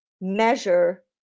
measure